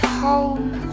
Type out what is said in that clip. home